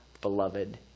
beloved